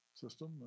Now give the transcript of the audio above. system